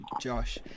Josh